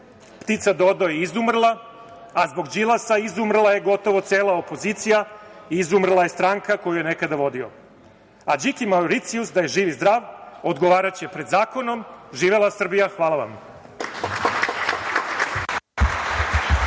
ptica dodo je izumrla, a zbog Đilasa je izumrla je gotovo cela opozicija, izumrla je stranka koju je nekada vodio. Điki Mauricijus, da je živ i zdrav, odgovaraće pred zakonom. Živela Srbija. Hvala vam.